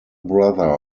brother